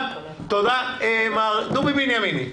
מר דובי בנימיני.